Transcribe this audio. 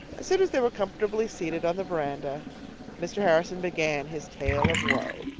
as soon as they were comfortably seated on the veranda mr. harrison began his tale of woe.